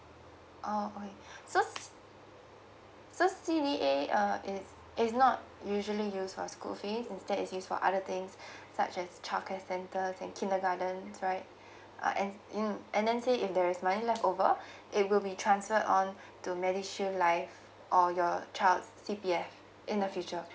oh okay so so C_D_A uh it's it's not usually use for school fee instead it's used for other things such as childcare centres and kindergartens right uh and mm and then say if there's money left over it will be transferred on to medishield life or your child's C_P_F in the future